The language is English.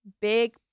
big